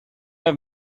have